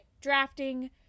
drafting